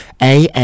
AA